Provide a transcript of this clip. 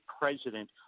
president